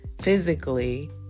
Physically